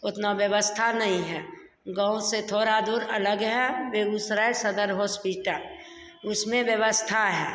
उतना व्यवस्था नहीं है गाँव से थोड़ा दूर अलग है बेगुसराय सदर हॉस्पिटल उसमें व्यवस्था है